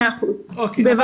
מאה אחוז, בבקשה.